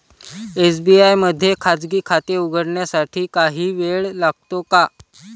SBI मध्ये खाजगी खाते उघडण्यासाठी काही वेळ लागतो का?